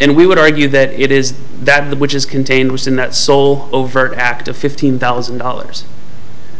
and we would argue that it is that the which is contained within that sole overt act of fifteen thousand dollars